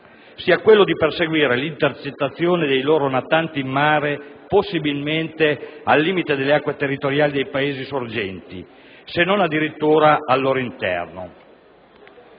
sia quello di perseguire l'intercettazione dei loro natanti in mare, possibilmente al limite delle acque territoriali dei Paesi sorgente se non addirittura al loro interno.